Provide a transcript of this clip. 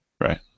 Right